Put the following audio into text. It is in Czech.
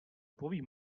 povím